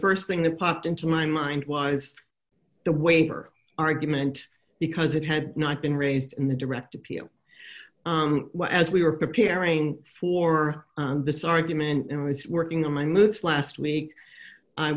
st thing that popped into my mind was the waiver argument because it had not been raised in the direct appeal as we were preparing for this argument and was working on my moods last week i